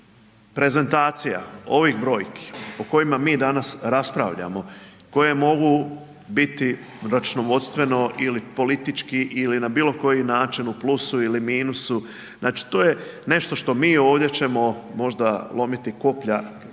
Prezentacija, ovih brojki o kojima mi danas raspravljamo, koje mogu biti računovodstveno ili politički ili na bilo koji način u plusu ili minusu, znači to je nešto što mi ovdje ćemo možda lomiti koplja, govoriti